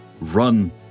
run